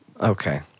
Okay